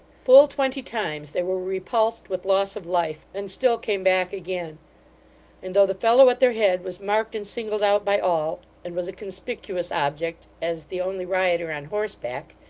full twenty times they were repulsed with loss of life, and still came back again and though the fellow at their head was marked and singled out by all, and was a conspicuous object as the only rioter on horseback,